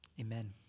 Amen